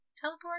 teleport